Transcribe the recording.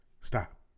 Stop